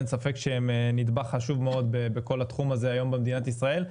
אין ספק שהם נדבך חשוב מאוד בכל התחום הזה היום במדינת ישראל,